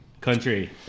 country